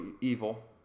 evil